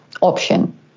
option